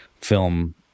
film